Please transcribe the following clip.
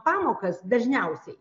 pamokas dažniausiai